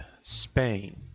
Spain